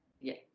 Yes